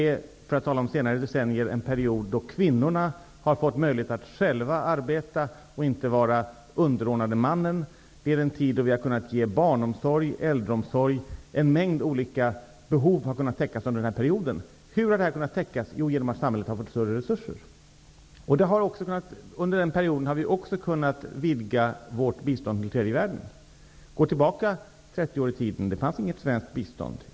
För att tala om senare decennier är det en period då kvinnorna har fått möjlighet att själva arbeta och att inte vara underordnade mannen. Det är den tid då vi har kunnat ge barnomsorg och äldreomsorg. En mängd olika behov har kunnat täckas under denna period. Hur har detta kunnat täckas? Jo, genom att samhället har fått större resurser. Under denna period har vi också kunnat öka vårt bistånd till tredje världen. Om man går tillbaka 30 år i tiden fanns det inget svenskt bistånd.